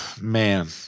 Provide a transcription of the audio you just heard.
Man